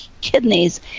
kidneys